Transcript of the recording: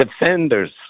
defenders